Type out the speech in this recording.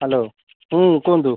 hello ହୁଁ କୁହନ୍ତୁ